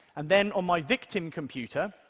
and then, on my victim computer,